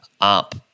up